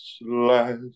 last